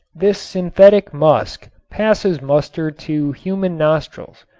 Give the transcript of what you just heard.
this synthetic musk passes muster to human nostrils,